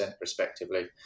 respectively